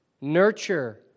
nurture